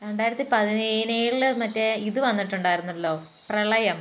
രണ്ടായിരത്തി പതിനേഴില് മറ്റേ ഇതുവന്നിട്ടുണ്ടായിരുന്നല്ലോ പ്രളയം